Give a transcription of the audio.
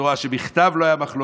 בתורה שבכתב לא הייתה מחלוקת.